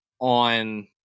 on